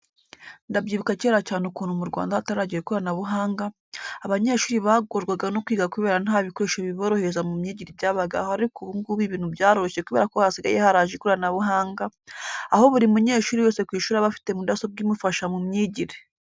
Ndabyibuka kera cyane ukuntu mu Rwanda hataragera ikoranabuhanga, abanyeshuri bagorwaga no kwiga kubera nta bikoresho biborohereza mu myigire byabagaho ariko ubu ngubu ibintu byaroroshye kubera ko hasigaye haraje ikoranabuhanga, aho buri munyeshuri wese ku ishuri aba afite mudasobwa imufasha mu myigire.